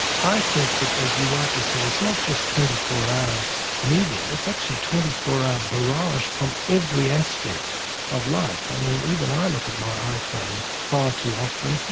i think that as you rightly say, it's not just twenty four hour media, it's actually twenty four hour barrage from every aspect of life. i mean even i look at my iphone far too often,